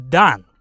done